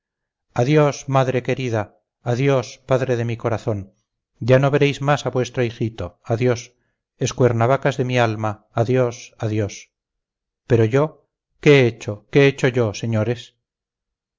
adiós madre querida adiós padre de mi corazón ya no veréis más a vuestro hijito adiós escuernavacas de mi alma adiós adiós pero yo qué he hecho qué he hecho yo señores